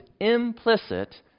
implicit